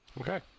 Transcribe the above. Okay